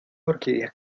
orquídeas